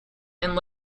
and